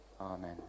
Amen